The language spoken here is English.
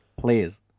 please